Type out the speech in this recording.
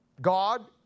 God